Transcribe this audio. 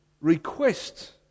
request